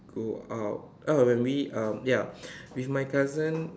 go out uh when we um ya with my cousin